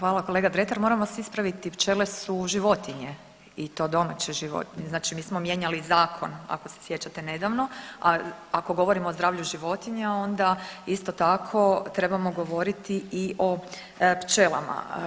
Hvala kolega Dretar, moram vas ispraviti, pčele su životinje i to domaće životinje, znači mi smo mijenjali zakon ako se sjećate nedavno, a ako govorimo o zdravlju životinja onda isto tako trebamo govoriti i o pčelama.